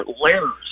layers